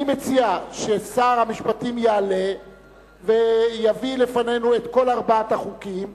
אני מציע ששר המשפטים יעלה ויביא לפנינו את כל ארבעת החוקים.